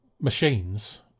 machines